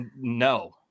no